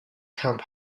camp